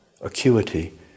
acuity